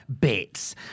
Bits